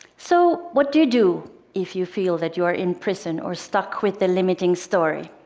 so what do you do if you feel that you are in prison or stuck with a limiting story?